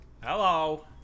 Hello